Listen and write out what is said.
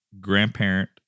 grandparent